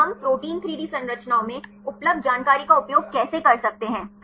और हम protein 3D संरचनाओं में उपलब्ध जानकारी का उपयोग कैसे कर सकते हैं